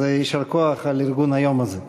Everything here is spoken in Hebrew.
אז יישר כוח על ארגון היום הזה.